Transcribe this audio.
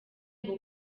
ngo